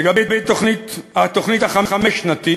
לגבי התוכנית החמש-שנתית